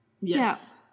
Yes